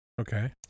Okay